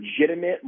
legitimate